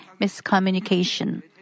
miscommunication